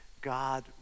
God